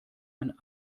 ein